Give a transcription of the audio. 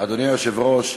אדוני היושב-ראש,